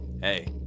hey